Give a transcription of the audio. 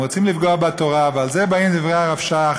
הם רוצים לפגוע בתורה, ועל זה באים דברי הרב שך